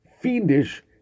fiendish